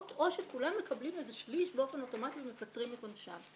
או שכולם מקבלים שליש באופן אוטומטי ומקצרים את עונשים.